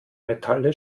metalle